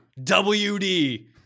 WD